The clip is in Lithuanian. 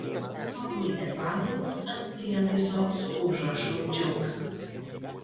paguldė palaikus ant prietaiso su užrašu džiaugsmas